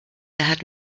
had